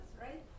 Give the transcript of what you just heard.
right